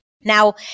Now